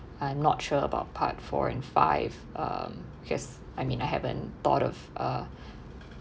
I'm not sure about part four and five um just I mean I haven't thought of a